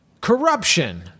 corruption